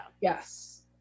Yes